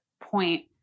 point